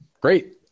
Great